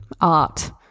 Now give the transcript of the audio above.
art